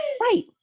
Right